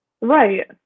Right